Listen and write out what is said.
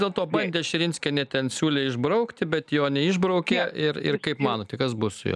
dėl to bandė širinskienė ten siūlė išbraukti bet jo neišbraukė ir ir kaip manote kas bus su juo